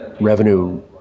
revenue